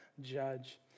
judge